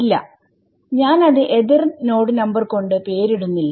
ഇല്ല ഞാനത് എതിർ നോഡ് നമ്പർ കൊണ്ട് പേരിടുന്നില്ല